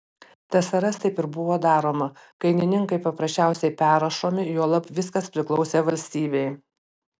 tsrs taip ir buvo daroma kainininkai paprasčiausiai perrašomi juolab viskas priklausė valstybei